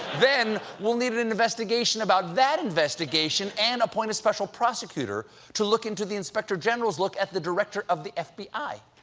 then, we'll need an investigation about that investigation! and appoint a special prosecutor to look into the inspector general's look at the director of the f b i!